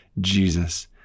Jesus